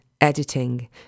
editing